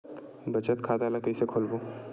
बचत खता ल कइसे खोलबों?